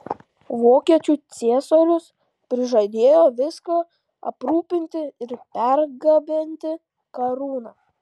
vokiečių ciesorius prižadėjo viską aprūpinti ir pergabenti karūną